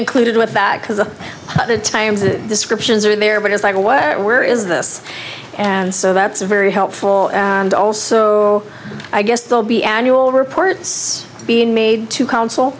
included with that because of the times the descriptions are there but as i'm aware is this and so that's a very helpful and also i guess they'll be annual reports being made to coun